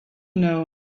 known